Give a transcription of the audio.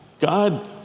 God